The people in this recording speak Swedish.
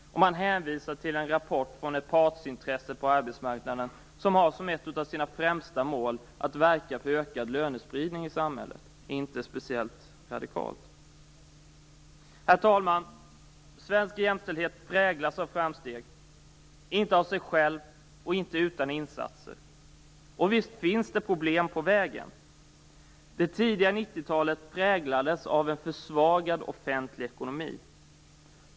Man hänvisar till en rapport från ett partsintresse på arbetsmarknaden som har som ett av sina främsta mål att verka för ökad lönespridning i samhället. Det är inte speciellt radikalt. Herr talman! Svensk jämställdhet präglas av framsteg, men inte av sig själv och inte utan insatser. Visst finns det problem på vägen. Det tidiga 90-talet präglades av en försvagad offentlig ekonomi.